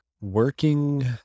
working